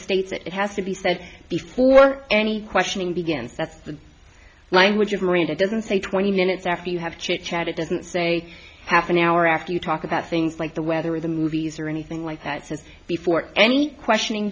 states it has to be said before any questioning begins that's the language of marina doesn't say twenty minutes after you have chit chat it doesn't say half an hour after you talk about things like the weather or the movies or anything like that since before any questioning